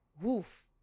woof